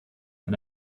and